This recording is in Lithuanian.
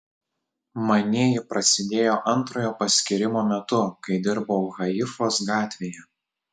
manieji prasidėjo antrojo paskyrimo metu kai dirbau haifos gatvėje